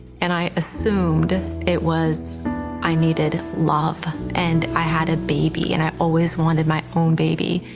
and i assumed it was i needed love, and i had a baby. and i always wanted my own baby.